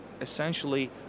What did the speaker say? essentially